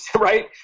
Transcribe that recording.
right